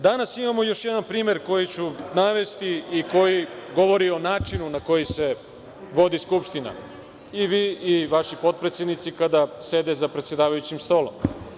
Danas imamo još jedan primer koji ću navesti i koji govori o načinu na koji se vodi Skupština, i vi i vaši potpredsednici kada sede za predsedavajućim stolom.